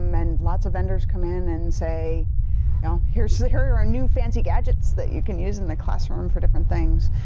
um and lots of vendors come in and say you know here say here are our new fancy gadgets that you can use in the classroom for different things.